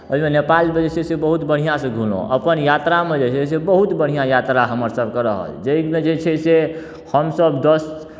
ओहिमे नेपालमे जे छै से बहुत बढ़िआँसँ घुमलहुँ अपन यात्रामे जे छै से बहुत बढ़िआँ यात्रा हमरासभके रहल जाहिमे जे छै से हमसभ दस